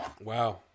Wow